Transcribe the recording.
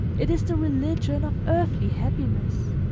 it is the religion of earthly happiness,